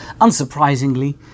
Unsurprisingly